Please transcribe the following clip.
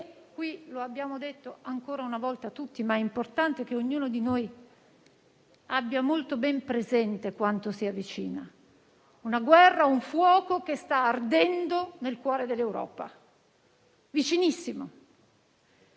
Lo abbiamo detto tutti, ma è importante che ognuno di noi abbia molto ben presente quanto sia vicina questa guerra, un fuoco che sta ardendo nel cuore dell'Europa, vicinissimo.